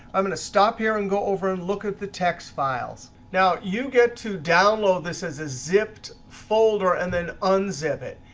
i'm going to stop here and go over and look at the text files. now you get to download this as a zipped folder, and then unzip it.